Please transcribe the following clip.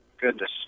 goodness